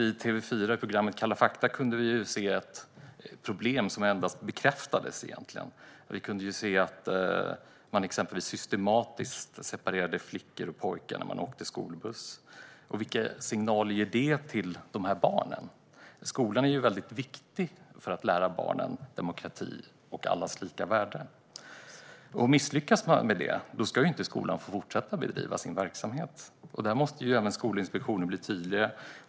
I TV4:s program Kalla fakta kunde vi se hur problemen bekräftades. Vi såg hur man till exempel systematiskt separerade flickor och pojkar när de åkte skolbuss. Vilken signal ger det till dessa barn? Skolan är viktig när det gäller att lära barn om demokrati och allas lika värde. Misslyckas skolan med det ska den inte få fortsätta bedriva sin verksamhet. Här måste Skolinspektionen bli tydligare.